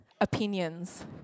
opinions